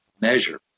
measure